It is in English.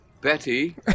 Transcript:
Betty